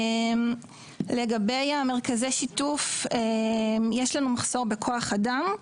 לגבי מרכזי השיתוף, יש לנו מחסור בכוח-אדם.